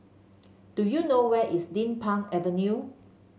do you know where is Din Pang Avenue